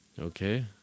Okay